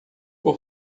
por